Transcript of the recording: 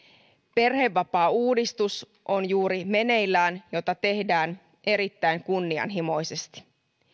perhevapaauudistus on juuri meneillään jota tehdään erittäin kunnianhimoisesti